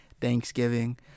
thanksgiving